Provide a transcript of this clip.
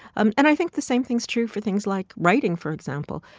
um and i think the same thing's true for things like writing, for example.